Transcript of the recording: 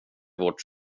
vårt